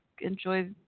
enjoy